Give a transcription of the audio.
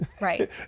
Right